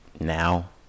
Now